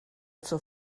zur